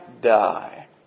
die